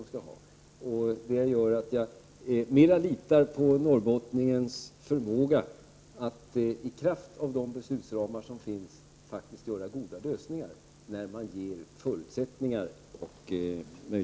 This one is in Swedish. Jag litar mer på norrbottningens förmåga att i kraft av de beslutsramar som finns åstadkomma goda lösningar när man ger förutsättningar och möjligheter.